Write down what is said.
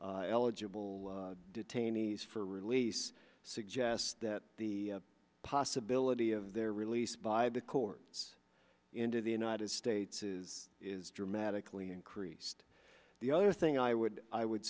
eligible detainees for release suggests that the possibility of their release by the courts into the united states is dramatically increased the other thing i would i would